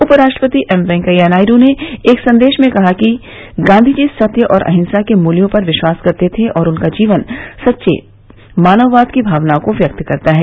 उपराष्ट्रपति एम वेंकैया नायडू ने एक संदेश में कहा है कि गांधीजी सत्य और अहिंसा के मूल्यों पर विश्वास करते थे और उनका जीवन सच्चे मानववाद की भावना को व्यक्त करता है